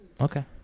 Okay